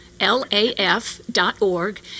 laf.org